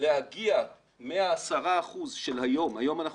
להגיע מ-10 אחוזים של היום היום אנחנו